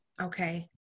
Okay